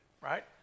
right